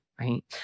right